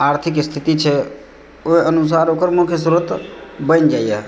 आर्थिक स्थिति छै ओहि अनुसार ओकर मुख्य स्रोत बनि जाइए